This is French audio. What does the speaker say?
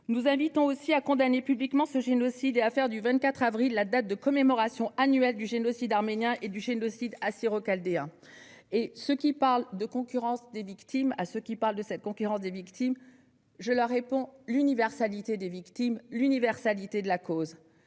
Nous l'invitons aussi à condamner publiquement ce génocide et à faire du 24 avril la date de commémoration annuelle du génocide arménien et du génocide assyro-chaldéen. Et à ceux qui parlent de « concurrence des victimes », je réponds « universalité des victimes » et « universalité de la cause